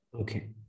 okay